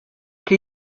che